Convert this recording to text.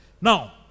Now